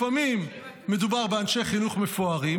לפעמים מדובר באנשי חינוך מפוארים